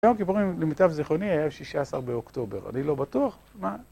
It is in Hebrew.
יום הכיפורים למיטב זכרוני היה 16 באוקטובר, אני לא בטוח מה...